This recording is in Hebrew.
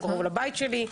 הוא קרוב לבית שלי,